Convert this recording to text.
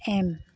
M